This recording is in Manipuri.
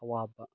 ꯑꯋꯥꯕ